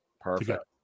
Perfect